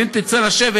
ואם תצטרך לשבת,